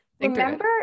remember